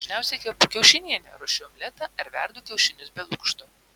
dažniausiai kepu kiaušinienę ruošiu omletą ar verdu kiaušinius be lukšto